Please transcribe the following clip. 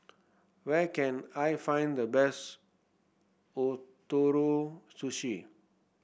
where can I find the best Ootoro Sushi